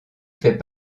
fait